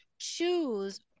choose